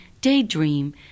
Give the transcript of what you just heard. daydream